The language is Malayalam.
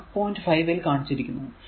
5 ൽ കാണിച്ചിരിക്കുന്നത്